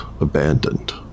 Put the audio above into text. abandoned